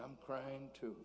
i'm crying to